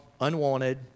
unwanted